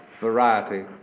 variety